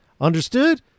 Understood